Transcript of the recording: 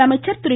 முதலமைச்சர் திரு